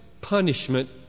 punishment